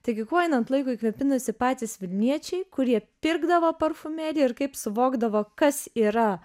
taigi kuo einant laikui kvepinasi patys vilniečiai kurie pirkdavo parfumeriją ir kaip suvokdavo kas yra